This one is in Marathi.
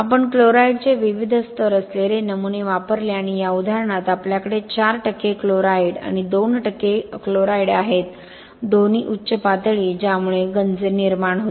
आपण क्लोराईडचे विविध स्तर असलेले नमुने वापरले आणि या उदाहरणात आपल्याकडे 4 टक्के क्लोराईड आणि दोन टक्के क्लोराईड आहेत दोन्ही उच्च पातळी ज्यामुळे गंज निर्माण होते